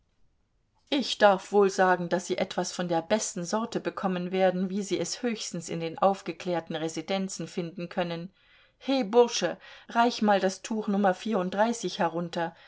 ich darf wohl sagen daß sie etwas von der besten sorte bekommen werden wie sie es höchstens in den aufgeklärten residenzen finden können he bursche reich mal das tuch nummer herunter